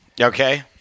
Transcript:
Okay